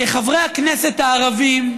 שחברי הכנסת הערבים,